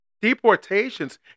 Deportations